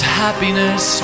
happiness